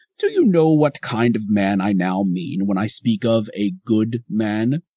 do you know what kind of man i now mean when i speak of a good man?